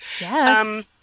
Yes